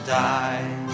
die